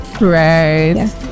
Right